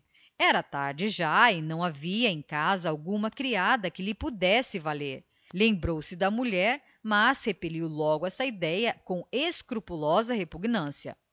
era tarde já e não havia em casa alguma criada que lhe pudesse valer lembrou-se da mulher mas repeliu logo esta idéia com escrupulosa repugnância